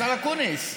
השר אקוניס.